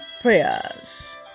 prayers